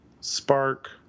spark